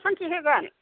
शान्ति होगोन